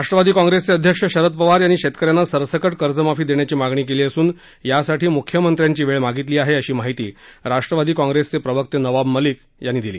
राष्ट्रवादी काँग्रेसचे अध्यक्ष शरद पवार यांनी शेतकऱ्यांना सरसकट कर्जमाफी देण्याची मागणी केली असून यासाठी मुख्यमंत्र्यांची वेळ मागीतली आहे अशी माहिती राष्ट्रवादी कॉग्रेसचे प्रवक्ते नबाब मलिक यांनी सांगितलं